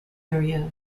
area